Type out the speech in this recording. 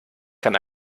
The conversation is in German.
kann